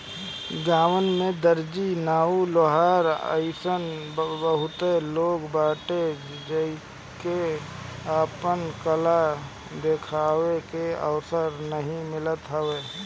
गांव में दर्जी, नाऊ, लोहार अइसन बहुते लोग बाटे जेके आपन कला देखावे के अवसर नाइ मिलत हवे